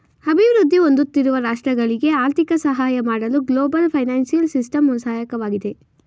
ಅಭಿವೃದ್ಧಿ ಹೊಂದುತ್ತಿರುವ ರಾಷ್ಟ್ರಗಳಿಗೆ ಆರ್ಥಿಕ ಸಹಾಯ ಮಾಡಲು ಗ್ಲೋಬಲ್ ಫೈನಾನ್ಸಿಯಲ್ ಸಿಸ್ಟಮ್ ಸಹಾಯಕವಾಗಿದೆ